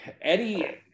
Eddie